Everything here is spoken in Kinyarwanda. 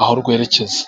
aho rwerekeza.